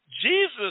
Jesus